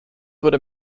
wurde